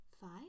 five